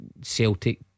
Celtic